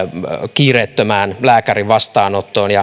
kiireettömälle lääkärin vastaanotolle